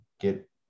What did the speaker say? get